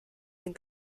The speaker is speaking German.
den